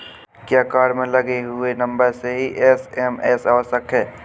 क्या कार्ड में लगे हुए नंबर से ही एस.एम.एस आवश्यक है?